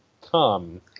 Come